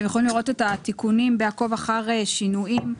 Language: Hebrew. אתם יכולים לראות את התיקונים ב"עקוב אחר שינויים".